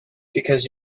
because